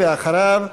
ואחריו,